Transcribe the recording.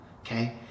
okay